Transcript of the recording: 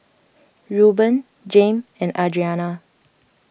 Reuben Jame and Adriana